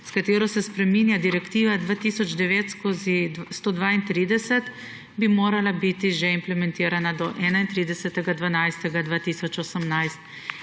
s katero se spreminja Direktiva 2009/132, bi morala biti že implementirana do 31. 12. 2018,